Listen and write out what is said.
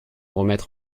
remettre